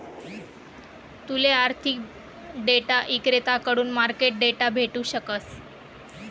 तूले आर्थिक डेटा इक्रेताकडथून मार्केट डेटा भेटू शकस